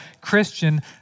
Christian